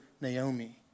Naomi